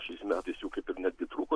šiais metais jų kaip ir netgi trūko